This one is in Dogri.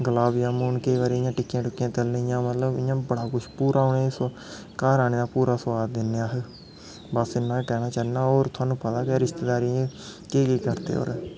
गलाब जामून केईं बारी इ'यां टिक्कियां टुक्कियां तलनियां मतलब इ'यां बड़ा कुछ पूरा उ'नें गी घर आने दा पूरा स्वाद दिन्ने अस बस इन्ना गै कैह्ना चांह्ना होर तुसेंगी पता गै रिश्तेदारें दी केह् केह् करदे होर